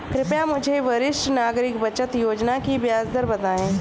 कृपया मुझे वरिष्ठ नागरिक बचत योजना की ब्याज दर बताएं?